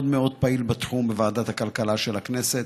פעיל בתחום בוועדת הכלכלה של הכנסת.